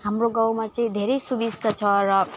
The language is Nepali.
हाम्रो गाउँमा चाहिँ धेरै सुबिस्ता छ र